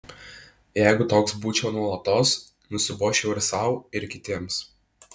jeigu toks būčiau nuolatos nusibosčiau ir sau ir kitiems